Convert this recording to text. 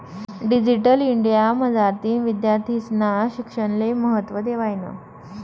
digital India मझारतीन विद्यार्थीस्ना शिक्षणले महत्त्व देवायनं